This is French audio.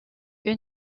une